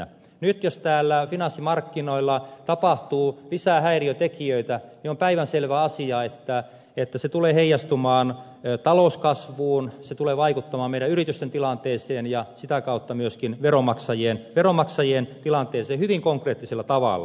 nyt jos täällä finanssimarkkinoilla tapahtuu lisää häiriötekijöitä niin on päivänselvä asia että se tulee heijastumaan talouskasvuun se tulee vaikuttamaan meidän yritysten tilanteeseen ja sitä kautta myöskin veronmaksajien tilanteeseen hyvin konkreettisella tavalla